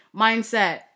Mindset